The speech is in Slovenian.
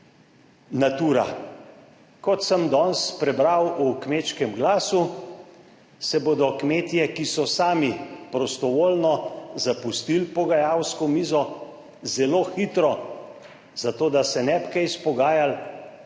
natura. Kot sem danes prebral v Kmečkem glasu, se bodo kmetje, ki so sami prostovoljno zapustili pogajalsko mizo, zelo hitro za to, da se ne bi kaj izpogajali,